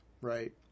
right